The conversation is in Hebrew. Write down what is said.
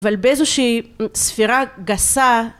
אבל באיזושהי ספירה גסה.